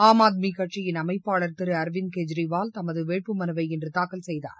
ஆம் ஆத்மி கட்சியின் அமைப்பாளர் திரு அரவிந்த் கெஜ்ரிவால் தமது வேட்புமனுவை இன்று தாக்கல் செய்தார்